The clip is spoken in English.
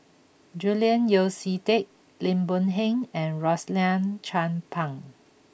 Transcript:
Julian Yeo See Teck Lim Boon Heng and Rosaline Chan Pang